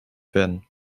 werden